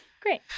Great